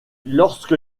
lorsque